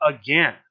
again